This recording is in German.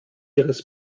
ihres